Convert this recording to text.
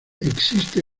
existe